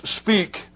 speak